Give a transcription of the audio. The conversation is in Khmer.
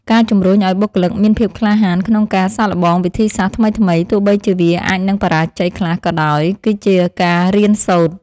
ការជំរុញឱ្យបុគ្គលិកមានភាពក្លាហានក្នុងការសាកល្បងវិធីសាស្ត្រថ្មីៗទោះបីជាវាអាចនឹងបរាជ័យខ្លះក៏ដោយគឺជាការរៀនសូត្រ។